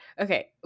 Okay